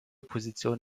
position